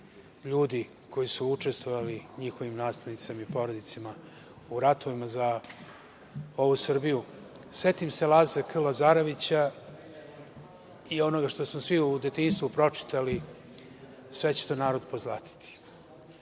ljudi koji su učestvovali i njihovim naslednicima i porodicama u ratovima za ovu Srbiju, setim se Laze K. Lazarevića i onoga što smo svi u detinjstvu pročitali: „Sve će to narod pozlatiti“.Svi